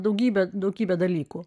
daugybė daugybė dalykų